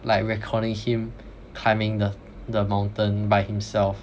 like recording him climbing the the mountain by himself